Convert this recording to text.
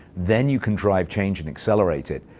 then you can drive change and accelerate it.